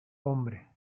hombre